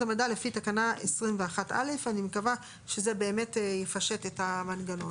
המידע לפי תקנה 21א. אני מקווה שזה באמת יפשט את המנגנון.